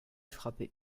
frappé